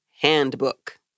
handbook